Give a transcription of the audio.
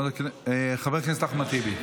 חבר הכנסת אחמד טיבי.